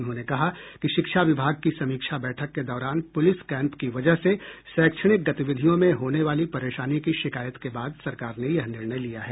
उन्होंने कहा कि शिक्षा विभाग की समीक्षा बैठक के दौरान पुलिस कैम्प की वजह से शैक्षणिक गतिविधियों में होने वाली परेशानी की शिकायत के बाद सरकार ने यह निर्णय लिया है